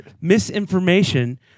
misinformation